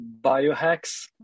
biohacks